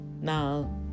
now